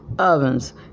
ovens